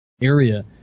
area